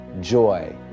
joy